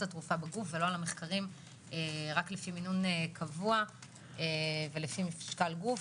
התרופה בגוף ולא על המחקרים רק לפי מינון קבוע ולפי משקל גוף.